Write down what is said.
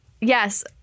yes